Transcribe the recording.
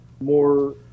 More